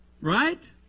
Right